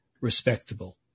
respectable